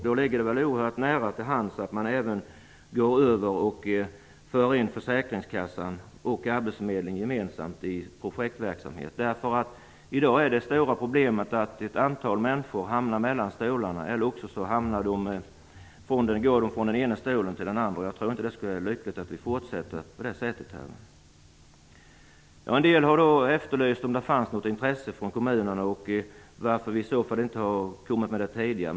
Det ligger då nära till hands att man även för in Försäkringskassan och Arbetsförmedlingen i projektverksamheten. Det stora problemet i dag är att många människor hamnar mellan stolarna, eller också går de från den ena stolen till den andra. Det är inte lyckligt att fortsätta på det sättet. Några har efterlyst intresse från kommunerna och undrat varför vi inte kommit fram med detta tidigare.